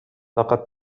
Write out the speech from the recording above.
لقد